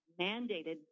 mandated